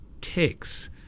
takes